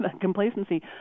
complacency